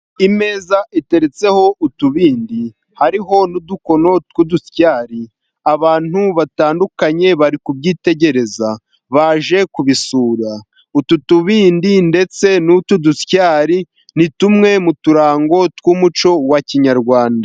Ameza ateretseho utubindi hariho n'udukono tw'udusyari, abantu batandukanye bari kubyitegereza, baje kubisura. Utu tubindi ndetse n'utu dusyari ni tumwe mu turango tw'umuco wa kinyarwanda.